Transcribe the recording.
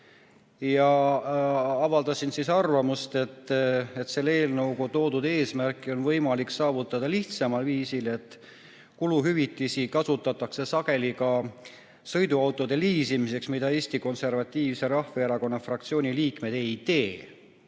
ja avaldasin arvamust, et selle eelnõu eesmärki on võimalik saavutada lihtsamal viisil. Kuluhüvitisi kasutatakse sageli ka sõiduautode liisimiseks, mida Eesti Konservatiivse Rahvaerakonna fraktsiooni liikmed ei tee,